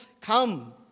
come